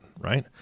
right